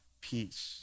peace